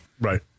Right